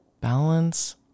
Balance